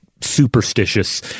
superstitious